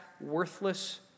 worthless